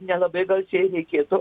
nelabai gal čia ir reikėtų